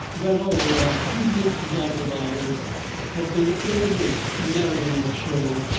that all that previous life of ours had been an ill-lit marionette show,